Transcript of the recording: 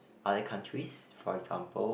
other countries for example